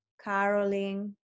caroling